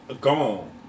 Gone